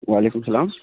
و علیکم السلام